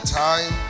time